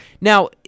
Now